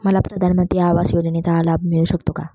मला प्रधानमंत्री आवास योजनेचा लाभ मिळू शकतो का?